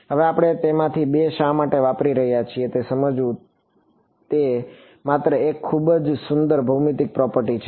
હવે આપણે તેમાંથી બે શા માટે વાપરી રહ્યા છીએ તે સમજીશું તે માત્ર એક ખૂબ જ સુંદર ભૌમિતિક પ્રોપર્ટી છે